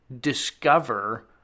discover